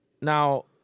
now